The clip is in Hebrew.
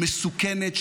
מסוכנת,